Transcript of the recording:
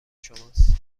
شماست